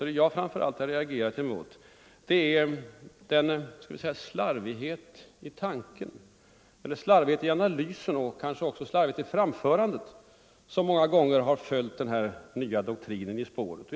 Vad jag framför allt har reagerat mot är den slarvighet i tanken, i analysen och också i framförandet med vilken den här nya doktrinen ofta presenterats.